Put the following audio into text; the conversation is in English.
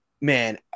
Man